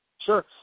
Sure